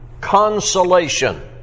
consolation